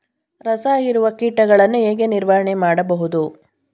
ರಸ ಹೀರುವ ಕೀಟಗಳನ್ನು ಹೇಗೆ ನಿರ್ವಹಣೆ ಮಾಡಬಹುದು?